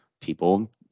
people